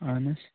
اَہَن حظ